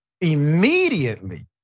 immediately